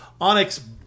Onyx